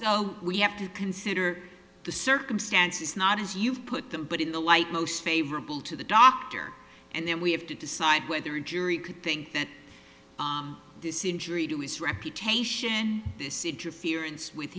although we have to consider the circumstances not as you put them but in the light most favorable to the doctor and then we have to decide whether a jury could think that this injury to his reputation this interference with